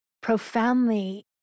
profoundly